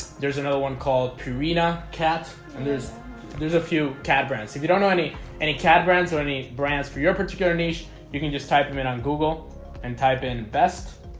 there's another one called purina cat and there's there's a few cat brands if you don't know any any cat brands or any brands for your particular niche you can just type them in on google and type in best